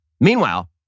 Meanwhile